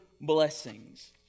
blessings